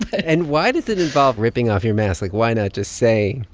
and why does it involve ripping off your mask? like, why not just say,